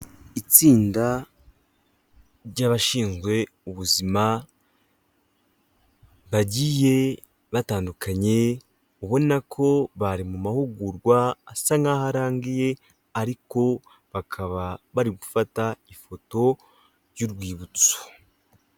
Itsinda ry'abashinzwe ubuzima bagiye batandukanye, ubona ko bari mu mahugurwa asa nkaho arangiye ariko bakaba bari gufata ifoto y'urwibutso.